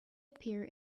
appear